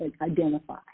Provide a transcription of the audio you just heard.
identify